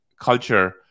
culture